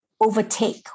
overtake